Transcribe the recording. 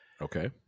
okay